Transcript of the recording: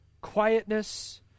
quietness